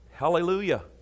Hallelujah